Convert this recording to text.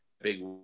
big